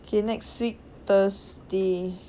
okay next week thursday